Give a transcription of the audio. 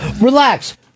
Relax